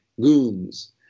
goons